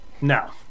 No